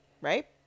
right